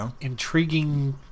intriguing